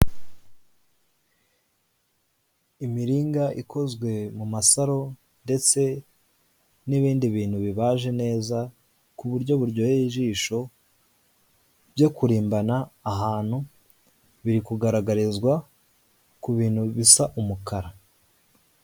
Imiringa ikozwe mu masaro ndetse n'ibindi bintu bibaje neza ku buryo buryoheye ijisho, byo kurimbana ahantu biri kugaragarizwa ku bintu bisa umukara.